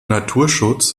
naturschutz